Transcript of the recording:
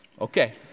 Okay